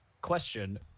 question